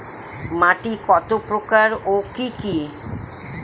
মাটি কতপ্রকার ও কি কী?